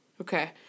Okay